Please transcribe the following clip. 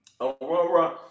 Aurora